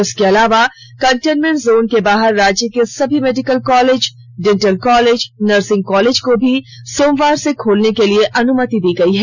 इसके अलावा containment zone के बाहर राज्य के सभी medical college dental college nursing college को भी सोमवार से खोलने के लिए अनुमति दी गई है